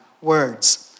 words